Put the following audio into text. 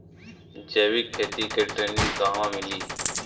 जैविक खेती के ट्रेनिग कहवा मिली?